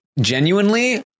genuinely